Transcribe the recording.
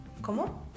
¿Cómo